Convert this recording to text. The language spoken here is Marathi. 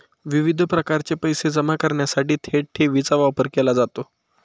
विविध प्रकारचे पैसे जमा करण्यासाठी थेट ठेवीचा वापर केला जातो